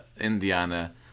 Indiana